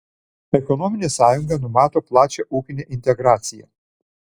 ekonominė sąjunga numato plačią ūkinę integraciją